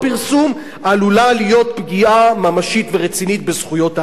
עלולה להיות פגיעה ממשית ורצינית בזכויות העצור.